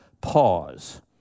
pause